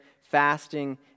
fasting